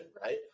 right